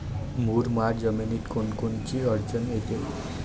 मुरमाड जमीनीत कोनकोनची अडचन येते?